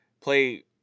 play